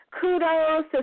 Kudos